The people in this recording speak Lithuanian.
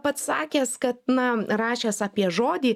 pats sakęs kad na rašęs apie žodį